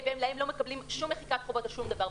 הם לא מקבלים שום מחיקת חובות ושום דבר.